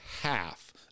half